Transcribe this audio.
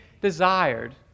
desired